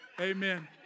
Amen